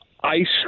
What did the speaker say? ice